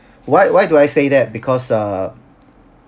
why why do I say that because err